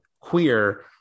queer